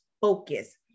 focus